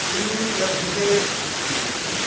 पुण्यं लभ्यते इत्युक्ते एकम्